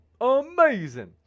amazing